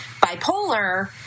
bipolar